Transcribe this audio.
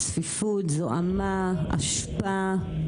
צפיפות זוהמה אשפה.